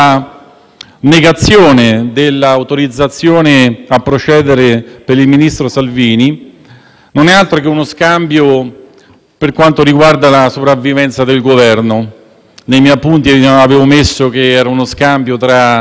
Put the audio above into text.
non è altro che uno scambio sul piano della sopravvivenza del Governo. Nei miei appunti avevo scritto che vi era uno scambio tra il no al processo a Salvini e il "ni" alla TAV, perché di quello si è trattato.